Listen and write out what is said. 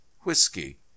whiskey